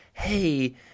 hey